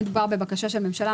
מדובר בבקשה של הממשלה,